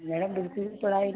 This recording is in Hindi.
मैडम बिल्कुल भी पढ़ाई